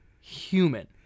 human